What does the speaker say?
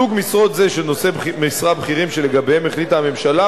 סוג משרות זה של נושאי משרה בכירים שלגביהן החליטה הממשלה,